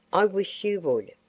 i wish you would,